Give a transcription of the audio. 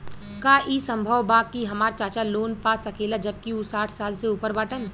का ई संभव बा कि हमार चाचा लोन पा सकेला जबकि उ साठ साल से ऊपर बाटन?